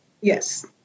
Yes